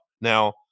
Now